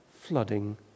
flooding